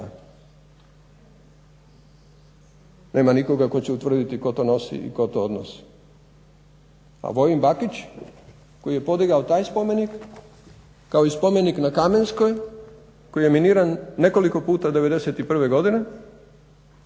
Nema nikoga tko će utvrditi tko to nosi i tko to odnosi. A …/Govornik se ne razumije./… Bakić koji je podigao taj spomenik kao i spomenik na Kamenskoj koji je miniran nekoliko puta '91. godine